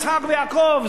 יצחק ויעקב,